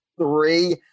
three